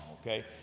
Okay